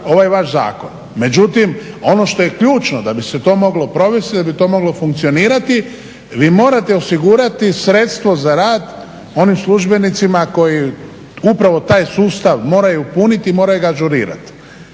ovaj vaš zakon. Međutim ono što je ključno da bi se to moglo provesti da bi to moglo funkcionirati vi morate osigurati sredstvo za rad onim službenicima koji upravo taj sustav moraju puniti i moraju ga ažurirati